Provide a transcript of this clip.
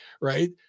Right